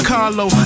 Carlo